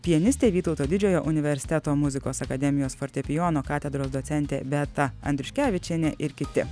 pianistė vytauto didžiojo universiteto muzikos akademijos fortepijono katedros docentė beata andriuškevičienė ir kiti